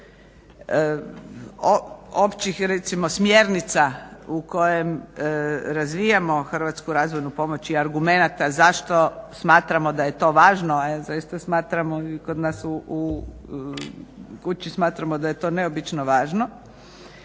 općih recimo smjernica u kojem razvijamo hrvatsku razvojnu pomoć i argumenata zašto smatramo da je to važno. Zaista smatramo kod nas u kući da je to neobično važno.